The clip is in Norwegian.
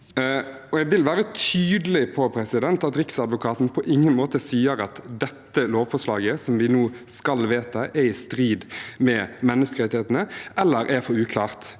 Jeg vil være tydelig på at Riksadvokaten på ingen måte sier at det lovforslaget vi nå skal vedta, er i strid med menneskerettighetene eller er for uklart.